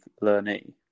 learning